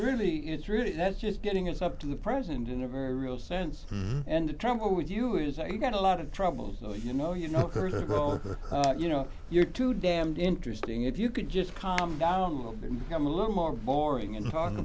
really it's really that's just getting us up to the present in a very real sense and the trouble with you is that you've got a lot of troubles you know you know that you know you're too damned interesting if you could just calm down and become a little more boring and talk